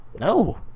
No